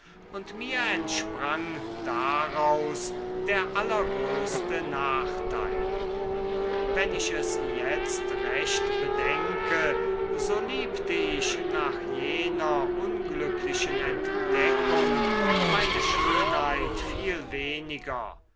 und mir entsprang daraus der allergrößte nachteil wenn ich es jetzt recht bedenke so liebte ich nach jener unglücklichen entdeckung meine schönheit viel weniger